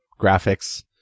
graphics